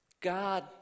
God